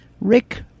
Rick